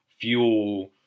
fuel